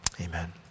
amen